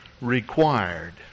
Required